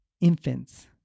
infants